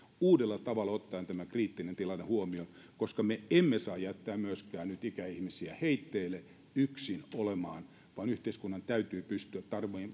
uudella tavalla ottaen tämä kriittinen tilanne huomioon koska me emme saa jättää myöskään nyt ikäihmisiä heitteille yksin olemaan vaan yhteiskunnan täytyy pystyä